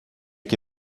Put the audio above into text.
que